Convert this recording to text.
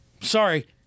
Sorry